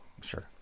Sure